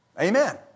Amen